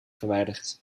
verwijderd